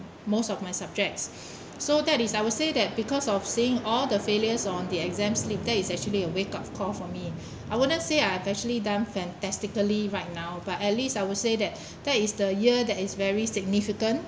most of my subjects so that is I would say that because of seeing all the failures on the exams later is actually a wake up call for me I wouldn't say I actually done fantastically right now but at least I would say that that is the year that is very significant